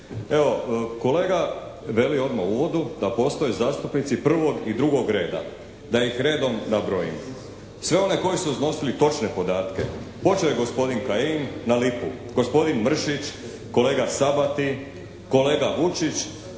Evo, kolega veli odmah u uvodu da postoje zastupnici prvog i drugog reda da ih redom nabrojim. Sve one koji su iznosili točne podatke počeo je gospodin Kajin na lipu, gospodin Mršić, kolega Sabati, kolega Vučić,